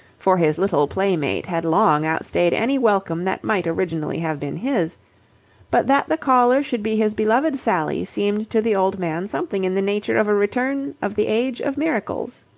for his little playmate had long outstayed any welcome that might originally have been his but that the caller should be his beloved sally seemed to the old man something in the nature of a return of the age of miracles.